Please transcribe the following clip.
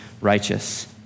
righteous